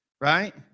right